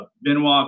Benoit